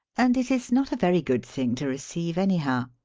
and it is not a very good thing to receive, anyhow.